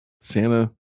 Santa